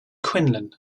quinlan